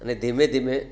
અને ધીમે ધીમે